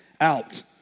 out